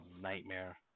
nightmare